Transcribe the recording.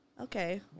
Okay